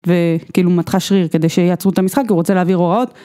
וכאילו מתחה שריר כדי שיעצרו את המשחק, כי הוא רוצה להעביר הוראות.